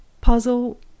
Puzzle